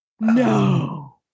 No